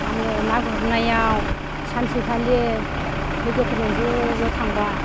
आङो ना गुरनायाव सानसेखालि लोगोफोरजों ज' ज' थांबा